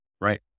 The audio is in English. Right